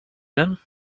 them